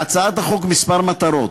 להצעת החוק כמה מטרות: